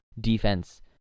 defense